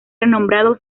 renombrado